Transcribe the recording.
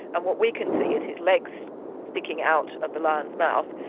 and what we can see is his legs sticking out of the lion's mouth.